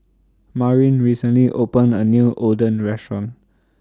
Marin recently opened A New Oden Restaurant